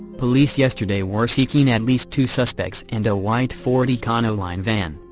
police yesterday were seeking at least two suspects and a white ford econoline van,